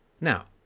Now